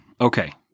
Okay